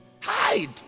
HIDE